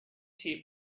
tnt